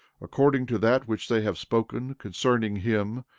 according to that which they have spoken concerning him,